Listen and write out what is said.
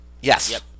yes